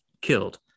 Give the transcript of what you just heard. killed